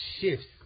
shifts